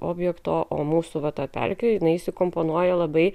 objekto o mūsų va ta pelkė jinai įsikomponuoja labai